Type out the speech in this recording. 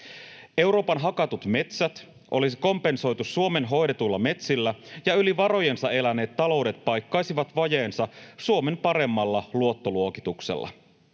Euroopan hakatut metsät olisi kompensoitu Suomen hoidetuilla metsillä, ja yli varojensa eläneet taloudet paikkaisivat vajeensa Suomen paremmalla luottoluokituksella.